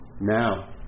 Now